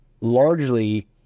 largely